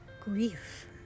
grief